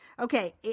Okay